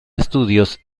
estudios